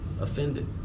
offended